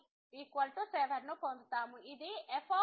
కాబట్టి మళ్ళీ ఇక్కడ f f 5 అని పరిగణిస్తారు కాబట్టి 5 f2